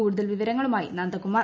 കൂടുതൽ വിവരങ്ങളുമായി നന്ദകുമാർ